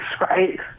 right